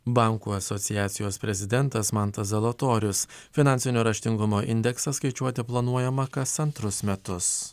bankų asociacijos prezidentas mantas zalatorius finansinio raštingumo indeksą skaičiuoti planuojama kas antrus metus